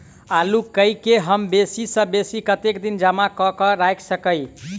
आलु केँ हम बेसी सऽ बेसी कतेक दिन जमा कऽ क राइख सकय